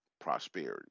prosperity